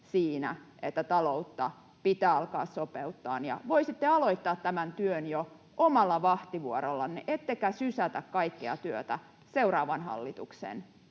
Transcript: että taloutta pitää alkaa sopeuttamaan? Voisitte aloittaa tämän työn jo omalla vahtivuorollanne, ettekä sysätä kaikkea työtä seuraavan hallituksen